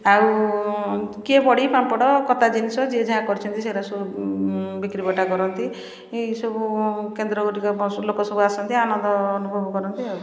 ଆଉ କିଏ ବଡ଼ି ପାମ୍ପଡ଼ କତା ଜିନିଷ ଯିଏ ଯାହା କରିଛନ୍ତି ସେଗୁଡ଼ା ସବୁ ବିକ୍ରି ବଟା କରନ୍ତି ଏଇସବୁ କେନ୍ଦ୍ରଗୁଡ଼ିକ ଲୋକସବୁ ଆସନ୍ତି ଆନନ୍ଦ ଅନୁଭବ କରନ୍ତି ଆଉ